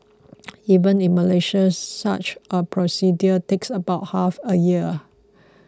even in Malaysia such a procedure takes about half a year